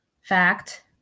fact